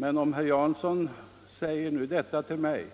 Men när herr Jansson säger detta till mig